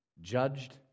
judged